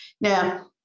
Now